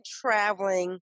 traveling